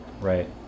Right